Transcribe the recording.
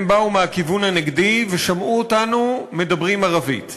הם באו מהכיוון הנגדי ושמעו אותנו מדברים ערבית.